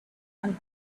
and